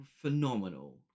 phenomenal